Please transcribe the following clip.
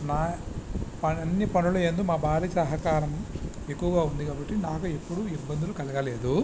నా అన్ని పనుల యందు మా భార్య సహకారం ఎక్కువగా ఉంది కాబట్టి నాకు ఎప్పుడు ఇబ్బందులు కలగలేదు